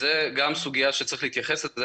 שזו גם סוגיה שצריך להתייחס אליה.